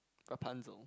Rapunzel